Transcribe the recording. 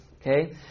Okay